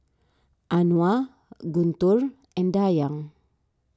Anuar Guntur and Dayang